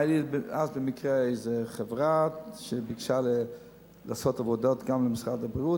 היתה לי אז במקרה איזו חברה שביקשה לעשות עבודות גם למשרד הבריאות.